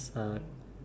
uh